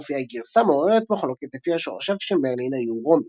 מופיע גרסה מעוררת מחלוקת לפיה שורשיו של מרלין היו רומים.